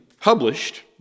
published